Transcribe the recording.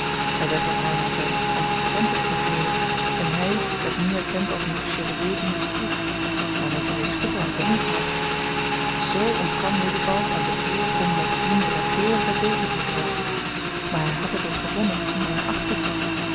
er werd door haar naar zijne antecedenten geïnformeerd en hij werd nu herkend als een chevalier d'industrie waarmee zij reeds vroeger had te doen gehad zoo ontkwam willibald aan de eer om met dien bretteur den degen te kruisen maar hij had er door gewonnen in mijne achting